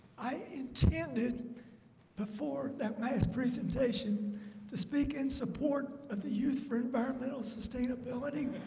i intended before that my presentation to speak in support of the youth for environmental sustainability